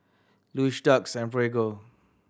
Lush Doux and Prego